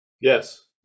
Yes